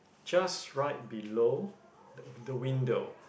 just right below the the window